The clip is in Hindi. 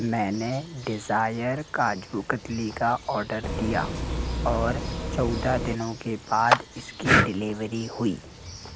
मैंने डिजायर काजू कतली का आर्डर दिया और चौदह दिनों के बाद इसकी डिलीवरी हुई